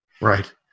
right